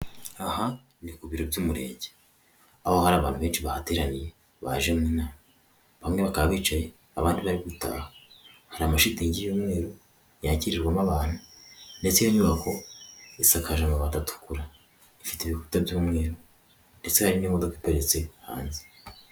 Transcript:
Aha ni ku biro by'umurenge aho hari abantu benshi bahateranye baje mu nama, bamwe bakaba bicaye abandi bari gutaha, hari amashitingi y'umweru yakirirwamo abantu ndetse iyo nyubako isakaje amabati atukura, ifite ibikuta by'umweru ndetse hari n'imodoka iparitse hanze.